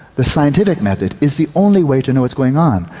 the scientific method, is the only way to know what's going on.